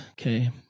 Okay